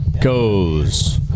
goes